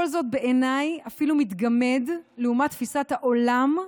כל זאת בעיניי אפילו מתגמד לעומת תפיסת העולם,